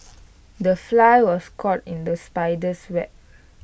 the fly was caught in the spider's web